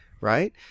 Right